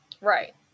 Right